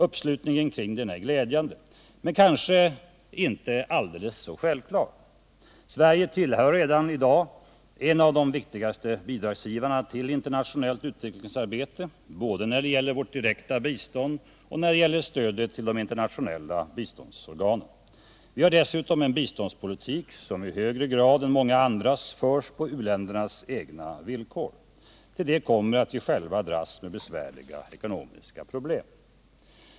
Uppslutningen kring den är glädjande, men kanske inte så alldeles självklar. Sverige tillhör redan i dag de viktigaste bidragsgivarna till internationellt utvecklingssamarbete, både när det gäller vårt direkta bistånd och när det gäller stödet till de internationella biståndsorganen. Vi har dessutom en biståndspolitik som i högre grad än många andras förs på u-ländernas egna villkor. Till detta kommer att vi själva dras med besvärliga ekonomiska problem.